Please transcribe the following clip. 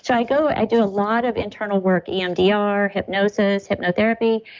i go, i do a lot of internal work, emdr, hypnosis, hypnotherapy,